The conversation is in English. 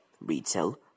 retail